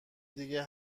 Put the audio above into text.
دیگه